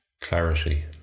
clarity